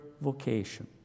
vocation